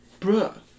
Bruh